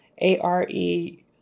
A-R-E